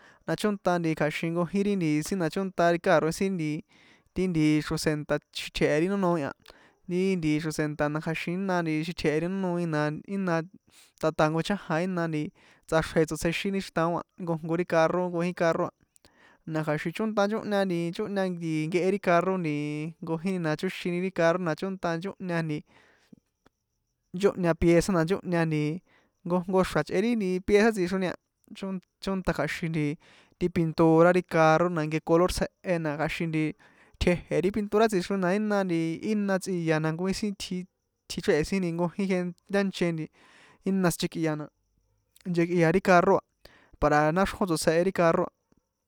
A na chónta nti kja̱xin nkojin ri nti sin na chónta carroe sin nti ti nti xro̱se̱nta xítje̱he̱ ri nó noi a ri nti xro̱se̱nta na kja̱xin jina xitje̱he ri nó noi a ri nti xro̱se̱nta na kja̱xin jína nti xítjehe ri nó noi na ina ta ta jnko chájan ina nti tsáxrje tsotsjéxin ri chrítaon a nkojnko ri carro ankojin ri carro a na kja̱xin chónta nchóhña nti nchóhña nti nkehe ri carro nti nkojina na chóxini ri carro na chónta nchóhña nchóhña pieza na nchóhña jnkojnko xra̱ chꞌe ri nti pieza tsixroni a chónta kja̱xin nti ti pintura ri carro na nke color tsjehe na kja̱xin nti tjeje̱ ri pintura tsixroni na ina tsꞌia na nkojin sin tji tjichréhe̱ sin nkoji gent ntache nti jina sinchekꞌia na nchekꞌia ri carro a para náxrjón tsotsjehe ri carro a.